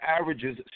averages